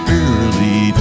early